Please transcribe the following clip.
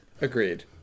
Agreed